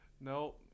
No